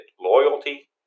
loyalty